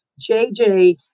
JJ